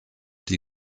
die